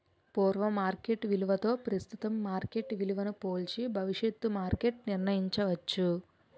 పూర్వ మార్కెట్ విలువతో ప్రస్తుతం మార్కెట్ విలువను పోల్చి భవిష్యత్తు మార్కెట్ నిర్ణయించవచ్చు